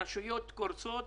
הרשויות קורסות